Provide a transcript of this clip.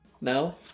No